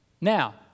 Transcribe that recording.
Now